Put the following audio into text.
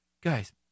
Guys